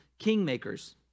kingmakers